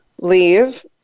leave